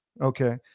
Okay